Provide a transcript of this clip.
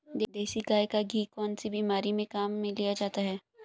देसी गाय का घी कौनसी बीमारी में काम में लिया जाता है?